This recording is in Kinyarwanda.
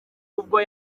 ubwo